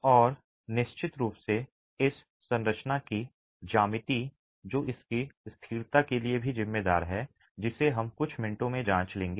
और निश्चित रूप से इस संरचना की ज्यामिति है जो इसकी स्थिरता के लिए भी जिम्मेदार है जिसे हम कुछ मिनटों में जांच लेंगे